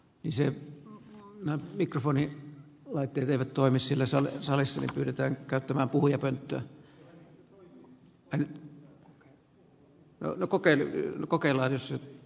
ensi yönä mikrofoni laitinen toimi sillä saan tästä eteenpäin kaikki salin mikrofonit olivat käytettävissä